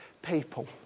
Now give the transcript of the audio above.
people